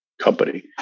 company